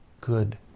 good